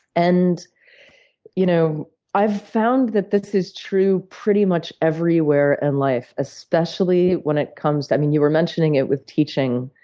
and you know i've found that this is true pretty much everywhere in and life, especially when it comes i mean, you were mentioning it with teaching